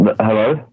Hello